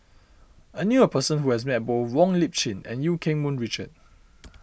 I knew a person who has met both Wong Lip Chin and Eu Keng Mun Richard